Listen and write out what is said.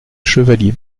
chevalier